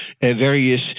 various